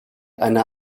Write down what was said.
eine